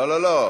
לא לא לא,